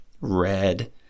red